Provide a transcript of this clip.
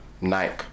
Nike